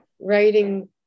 writing